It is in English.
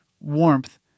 warmth